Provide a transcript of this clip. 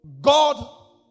God